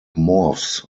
morphs